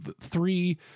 three